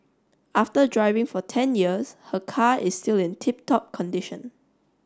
after driving for ten years her car is still in tip top condition